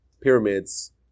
pyramids